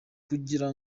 kugira